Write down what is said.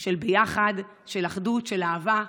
של ביחד, של אחדות, של אהבה,